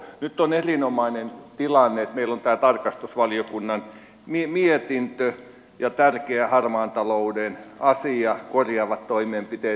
nyt on erinomainen tilanne että meillä on tämä tarkastusvaliokunnan mietintö ja tärkeä harmaan talouden asia korjaavat toimenpiteet